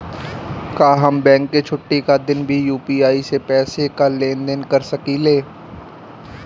का हम बैंक के छुट्टी का दिन भी यू.पी.आई से पैसे का लेनदेन कर सकीले?